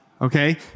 okay